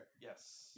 Yes